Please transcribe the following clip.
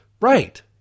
right